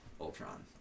ultron